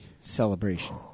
Celebration